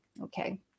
Okay